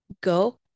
Go